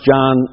John